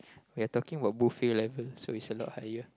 we are talking about buffet level so it's a lot higher